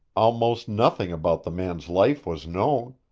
almost nothing about the man's life was known,